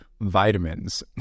vitamins